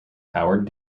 howard